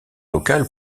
locale